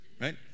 right